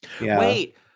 Wait